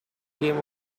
came